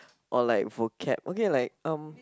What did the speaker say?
or like vocab okay like um